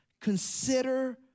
consider